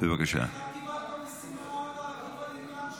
איך את קיבלת את המשימה --- גלעד.